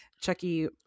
Chucky